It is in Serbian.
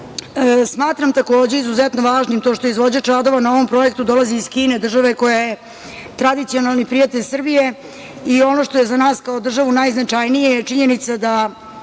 takođe, izuzetno važnim to što izvođač radova na ovom projektu dolazi iz Kine, države koja je tradicionalni prijatelj Srbije. Ono što je za nas kao državu najznačajnije je činjenica da